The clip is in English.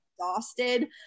exhausted